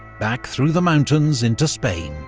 back through the mountains into spain.